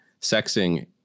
sexing